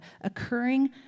occurring